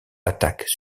attaquent